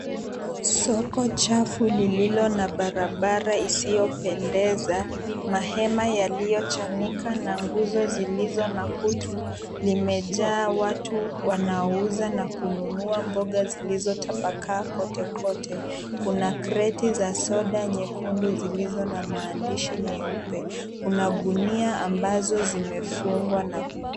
Soko chafu lililo na barabara isiyopendeza, mahema yaliyochanika, na nguzo zilizo na kutu, limejaa watu wanaouza na kununua mboga zilizotapakaa kote kote. Kuna kreti za soda nyekundu zilizo na maandishi meupe. Kuna gunia ambazo zimefungwa na...